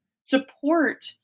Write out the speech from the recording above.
support